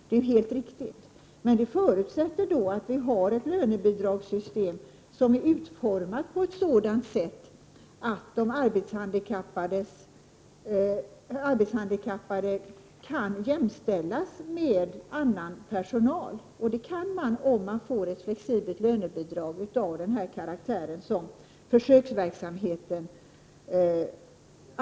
Det är helt riktigt, men det förutsätter att vi har ett lönebidragssystem som är utformat så, att de arbetshandikappade kan jämställas med annan personal. Det blir möjligt om vi får ett flexibelt lönebidrag av den karaktär som är aktuell vid försöksverksamheten.